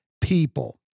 people